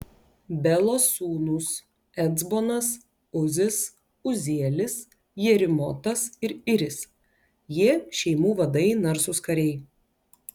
belos sūnūs ecbonas uzis uzielis jerimotas ir iris jie šeimų vadai narsūs kariai